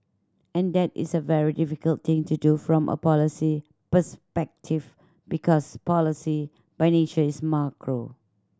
and that is a very difficult thing to do from a policy perspective because policy by nature is macro